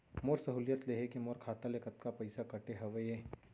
मोर सहुलियत लेहे के मोर खाता ले कतका पइसा कटे हवये?